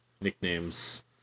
nicknames